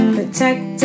Protect